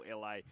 LA